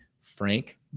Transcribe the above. Frank